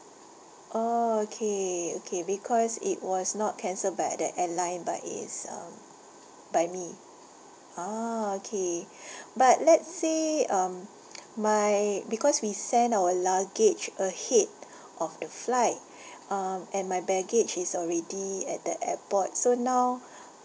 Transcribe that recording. orh okay okay because it was not cancelled by the airline but it's um by me orh okay but let's say um my because we sent our luggage ahead of the flight um and my baggage is already at the airport so now